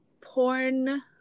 porn